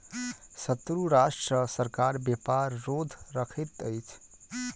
शत्रु राष्ट्र सॅ सरकार व्यापार रोध रखैत अछि